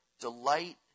delight